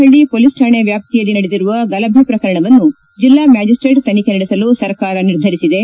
ಹಳ್ಳಿ ಪೊಲೀಸ್ ಕಾಣೆ ವ್ಯಾಪ್ತಿಯಲ್ಲಿ ನಡೆದಿರುವ ಗಲಭೆ ಪ್ರಕರಣವನ್ನು ಜಿಲ್ಲಾ ಮ್ಯಾಜಿಸ್ಸೇಟ್ ತನಿಖೆ ನಡೆಸಲು ಸರ್ಕಾರ ನಿರ್ಧರಿಸಿದೆ